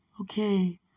Okay